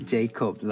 Jacob